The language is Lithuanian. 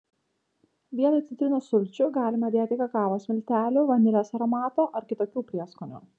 vietoj citrinos sulčių galima dėti kakavos miltelių vanilės aromato ar kitokių prieskonių